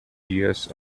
years